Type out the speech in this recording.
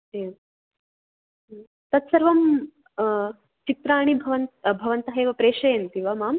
एवं तत् सर्वं चित्राणि भवन् भवन्तः एव प्रेषयन्ति वा माम्